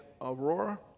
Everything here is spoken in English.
Aurora